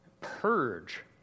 purge